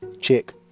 check